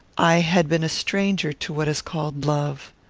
i had been a stranger to what is called love.